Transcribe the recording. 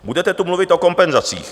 Budete tu mluvit o kompenzacích.